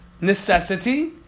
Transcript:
Necessity